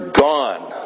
gone